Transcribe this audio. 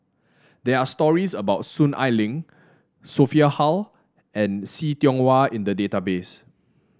there are stories about Soon Ai Ling Sophia Hull and See Tiong Wah in the database